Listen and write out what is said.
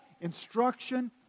instruction